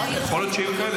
מה הקשר?